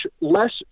less